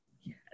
Yes